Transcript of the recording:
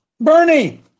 Bernie